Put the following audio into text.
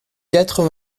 quatre